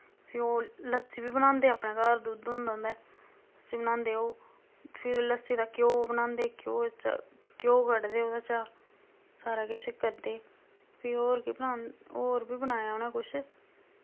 फ्ही ओह् लस्सी बी बनांदे अपने घर दुद्ध होंदा उं'दै लस्सी बनांदे ओह् फिर लस्सी दा घ्यो बनांदे घ्यो चा घ्यो कड्ढदे ओह्दे च सारा किश करदे फ्ही होर केह् बनां होर बी बनाया उ'नें कुछ